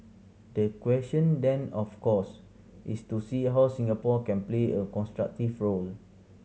the question then of course is to see how Singapore can play a constructive role